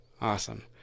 Awesome